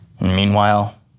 Meanwhile